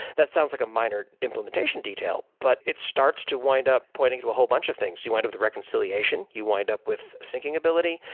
that sounds like a minor implementation detail, but it starts to wind up pointing to a whole bunch of things. you wind up the reconciliation. you wind up with syncing ability.